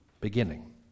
beginning